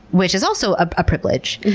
which is also a privilege.